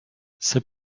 c’est